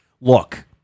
Look